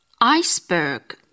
Iceberg